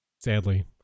Sadly